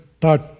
thought